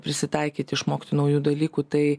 prisitaikyt išmokti naujų dalykų tai